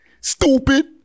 Stupid